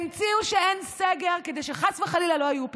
המציאו שאין סגר כדי שחס וחלילה לא יהיו פיצויים,